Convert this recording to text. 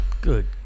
Good